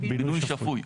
שפוי.